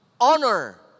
Honor